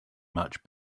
much